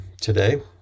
today